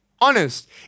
Honest